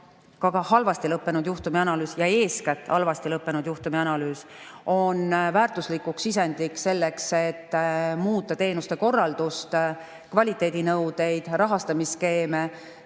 ka halvasti lõppenud juhtumi analüüs ja eeskätt halvasti lõppenud juhtumi analüüs, on väärtuslik sisend, selleks et muuta teenuste korraldust, kvaliteedinõudeid, rahastamisskeeme.